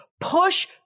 Push